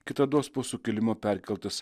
kitados po sukilimo perkeltas